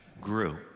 grew